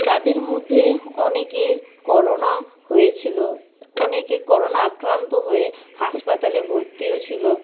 তাদের মধ্যে অনেকের করোনা হয়েছিলো অনেকে করোনা আক্রান্ত হয়ে হাসপাতালে ভর্তিও ছিলো